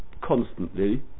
constantly